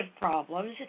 problems